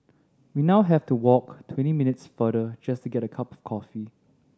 we now have to walk twenty minutes farther just to get a cup of coffee